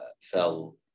fell